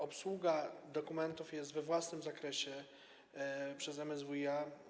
Obsługa dokumentów jest we własnym zakresie, przez MSWiA.